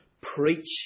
preach